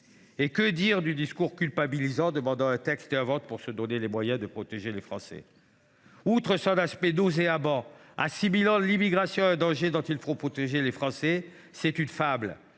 Et que dire du discours culpabilisant qui réclame un texte et un vote pour obtenir les moyens de protéger les Français ? Outre son aspect nauséabond, assimilant l’immigration à un danger dont il faudrait protéger les Français, c’est une fable